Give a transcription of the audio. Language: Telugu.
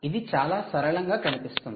ఇది చాలా సరళంగా కనిపిస్తుంది